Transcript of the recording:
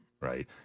right